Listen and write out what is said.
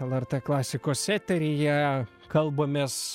lrt klasikos eteryje kalbamės